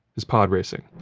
is podracing.